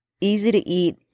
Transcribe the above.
easy-to-eat